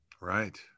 Right